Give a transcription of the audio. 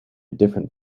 different